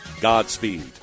Godspeed